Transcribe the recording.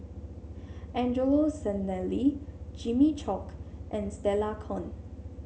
Angelo Sanelli Jimmy Chok and Stella Kon